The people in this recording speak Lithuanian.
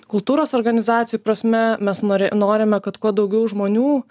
kultūros organizacijų prasme mes norė norime kad kuo daugiau žmonių